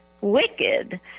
wicked